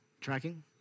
Tracking